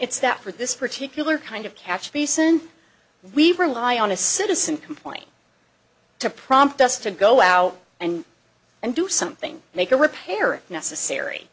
it's that for this particular kind of catch basin we rely on a citizen complaint to prompt us to go out and and do something make a repair necessary